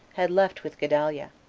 had left with gedaliah.